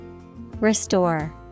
Restore